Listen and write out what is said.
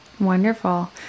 Wonderful